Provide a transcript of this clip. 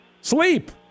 Sleep